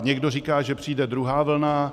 Někdo říká, že přijde druhá vlna.